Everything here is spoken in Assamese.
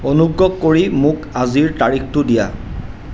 অনুগ্ৰহ কৰি মোক আজিৰ তাৰিখটো দিয়া